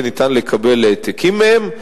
וניתן לקבל העתקים מהן,